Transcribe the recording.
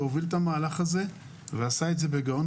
שהוביל את המהלך הזה ועשה את זה בגאון